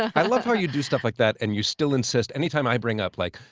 i love how you do stuff like that, and you still insist any time i bring up, like,